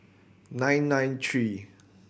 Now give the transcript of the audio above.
nine nine three